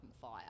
fire